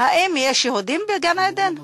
האם יש יהודים בגן-עדן?